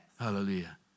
Hallelujah